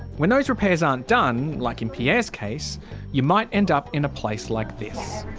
when those repairs aren't done like in pierre's case you might end up in a place like this.